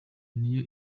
niyo